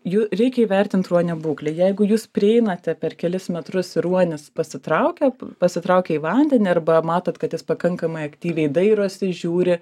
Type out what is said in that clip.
jų reikia įvertint ruonio būklę jeigu jūs prieinate per kelis metrus ir ruonis pasitraukia pasitraukia į vandenį arba matot kad jis pakankamai aktyviai dairosi žiūri